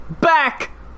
back